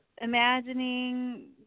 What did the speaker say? imagining